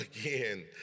again